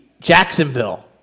Jacksonville